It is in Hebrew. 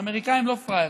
האמריקנים לא פראיירים,